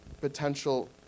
potential